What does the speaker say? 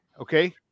Okay